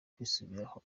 kwisubiraho